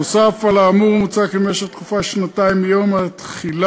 נוסף על האמור מוצע כי במשך תקופה של שנתיים מיום התחילה,